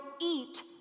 eat